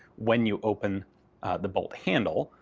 when you open the bolt handle,